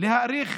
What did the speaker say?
להאריך